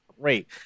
great